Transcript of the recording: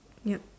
ya